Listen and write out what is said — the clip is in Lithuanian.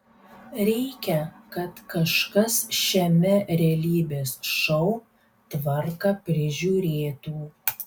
reikia kad kažkas šiame realybės šou tvarką prižiūrėtų